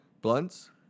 Blunts